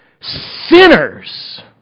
sinners